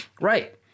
Right